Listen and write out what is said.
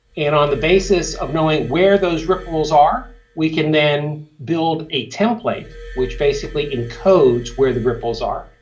and on the basis of knowing where those ripples are we can then build a template which basically encodes where the ripples are.